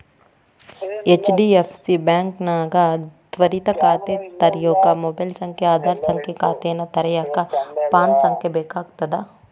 HDFC ಬಾಂಕ್ನ್ಯಾಗ ತ್ವರಿತ ಖಾತೆ ತೆರ್ಯೋಕ ಮೊಬೈಲ್ ಸಂಖ್ಯೆ ಆಧಾರ್ ಸಂಖ್ಯೆ ಖಾತೆನ ತೆರೆಯಕ ಪ್ಯಾನ್ ಸಂಖ್ಯೆ ಬೇಕಾಗ್ತದ